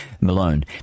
Malone